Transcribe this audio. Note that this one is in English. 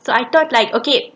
so I thought like okay